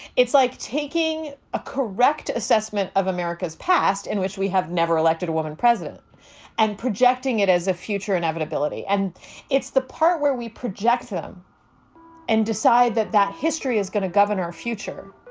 it's like taking a correct assessment of america's past in which we have never elected a woman president and projecting it as a future inevitability. and it's the part where we projects them and decide that that history is going to govern our future,